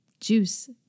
juice